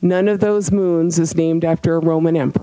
none of those moons is named after a roman emp